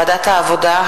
ועדת העבודה,